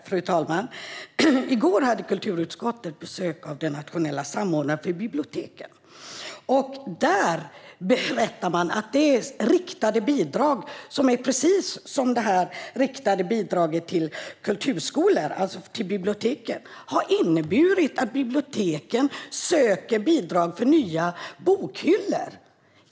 Fru talman! I går hade kulturutskottet besök av den nationella samordnaren för biblioteken. Där berättade man att det riktade bidraget till biblioteken, som är precis som det riktade bidraget till kulturskolor, har inneburit att biblioteken söker bidrag för nya bokhyllor.